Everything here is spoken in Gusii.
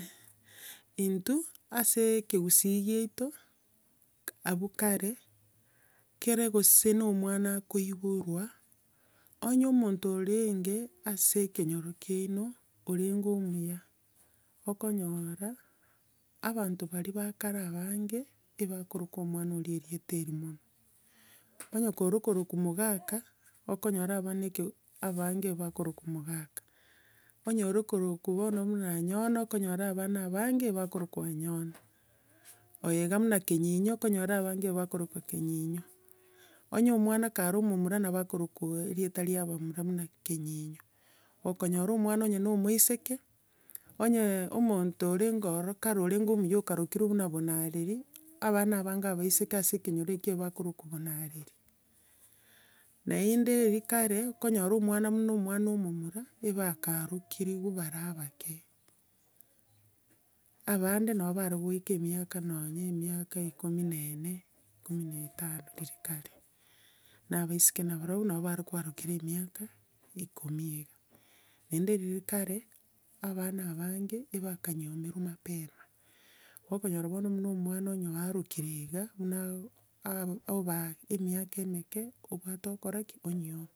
intwe, asee ekegusii giato, ka abwo kare, kero gese omwana akoiborwa, onya omonte orenge ase ekenyero kiano, orenge omuya, okonyora abanto baria ba kare abange ebakoroka omwana ora eriate erio mono. Onya korwa okorokwa mogaka, okonyora abana eke abange ebakorokwa mogaka. Onya kokorokwa bono buna anyona, okonyora abana abange bakorokwa anyona. Oiya iga buna kenyinya, okonyora abange bakorokwa kenyinya. Onya omwana kare omomura nabo akorokwa erieta ria abamura buna kenyinya. Okonyora omwana nonya na omoiseke, onya omonto orenge ororo kare orenge omuya okarekire buna bonareri, abana abange abaiseke ase ekenyoro ekio ebakorokwa bonareri. Naende riria kare, okonyora owana buna omwana omomura, eba akaarokirwe bare abake. abande nabo bare goika emiaka nonya emiaka ikomo na enne, ikomi na etano riria kare. Na abaiseke nabarobwo, nabo bare koarekerwa emiaka, ikomi iga. Naende riria kare, abana abange, ebakanyiomirwe mapema, okonyora buna omwana onya oarokire iga, buna ab- obaa emiaka emeke obwata okora ki? Onyiomwa.